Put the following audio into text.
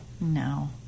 No